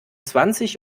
zwanzig